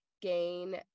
gain